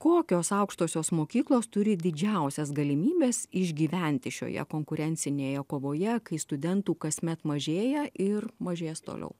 kokios aukštosios mokyklos turi didžiausias galimybes išgyventi šioje konkurencinėje kovoje kai studentų kasmet mažėja ir mažės toliau